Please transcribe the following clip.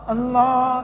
Allah